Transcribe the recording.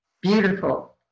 beautiful